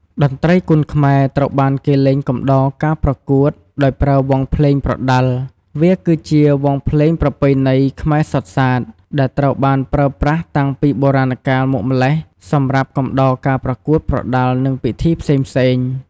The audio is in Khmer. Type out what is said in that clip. តន្ត្រីគុនខ្មែរ ត្រូវបានគេលេងកំដរការប្រកួត ដោយប្រើ វង់ភ្លេងប្រដាល់ វាគឺជា វង់ភ្លេងប្រពៃណីខ្មែរសុទ្ធសាធ ដែលត្រូវបានប្រើប្រាស់តាំងពីបុរាណកាលមកម្ល៉េះសម្រាប់កំដរការប្រកួតប្រដាល់ និងពិធីផ្សេងៗ។